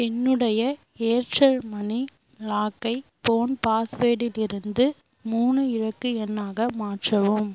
என்னுடைய Airtel money லாக்கை phone பாஸ்வேடிலிருந்து மூணு இலக்கு எண்ணாக மாற்றவும்